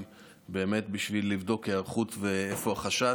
באמת בשביל לבדוק היערכות ואיפה החשש.